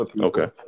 Okay